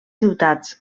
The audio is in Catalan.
ciutats